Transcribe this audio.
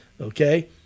okay